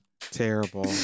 Terrible